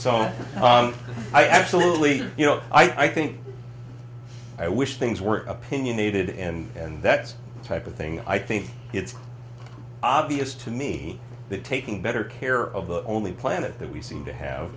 so i absolutely you know i think i wish things were opinionated and that type of thing i think it's obvious to me that taking better care of the only planet that we seem to have